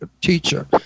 teacher